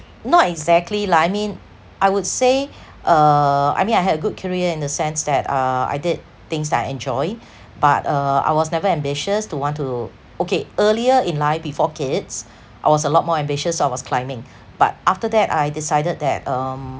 not exactly lah I mean I would say uh I mean I had a good career in the sense that uh I did things that I enjoy but uh I was never ambitious to want to okay earlier in life before kids I was a lot more ambitious so I was climbing but after that I decided that um